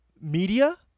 media